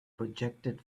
projected